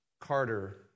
Carter